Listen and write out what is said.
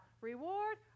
reward